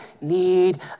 need